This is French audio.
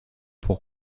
pour